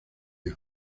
you